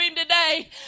today